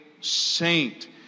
saint